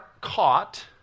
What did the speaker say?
caught